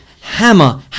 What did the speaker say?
hammer